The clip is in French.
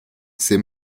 ses